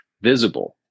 visible